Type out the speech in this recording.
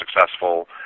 successful